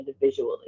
individually